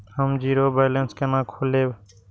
हम zero balance केना खोलैब?